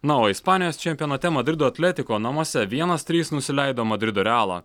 na o ispanijos čempionate madrido atletiko namuose vienas trys nusileido madrido realo